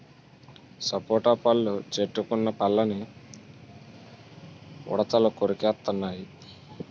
సపోటా పళ్ళు చెట్టుకున్న పళ్ళని ఉడతలు కొరికెత్తెన్నయి